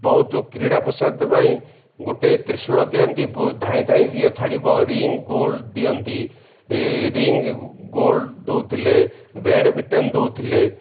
ବହୁତୁ କ୍ରୀଡ଼ା ପ୍ରୋତ୍ସାହନ ପାଇଁ ଗୋଟେ ତ୍ରିଶୁଳ ଦିଅନ୍ତି ଧାଇଁ ଧାଇଁ ଯିଏ ଛାଡ଼ିବ ରିଙ୍ଗ୍ ଗୋଲ୍ଡ ଦିଅନ୍ତି ରିଙ୍ଗ୍ ଗୋଲ୍ଡ ଦଉଥିଲେ ବ୍ୟାଡ଼ମିଟନ୍ ଦଉଥିଲେ